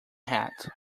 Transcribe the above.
head